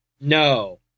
No